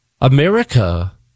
America